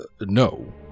no